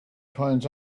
finds